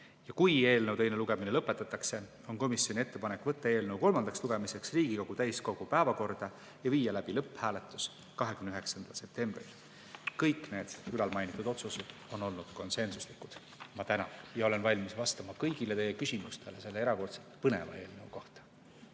ja kui eelnõu teine lugemine lõpetatakse, on komisjoni ettepanek võtta eelnõu kolmandaks lugemiseks Riigikogu täiskogu päevakorda 29. septembriks ja viia läbi lõpphääletus. Kõik need otsused olid konsensuslikud. Ma tänan ja olen valmis vastama kõigile teie küsimustele selle erakordselt põneva eelnõu kohta.